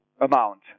amount